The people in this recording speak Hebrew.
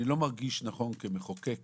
אני לא מרגיש נכון כמחוקק